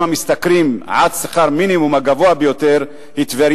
המשתכרים עד שכר מינימום הן טבריה,